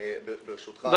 ברשותך,